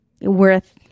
worth